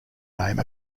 name